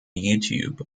youtube